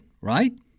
right